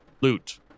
loot